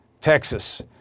Texas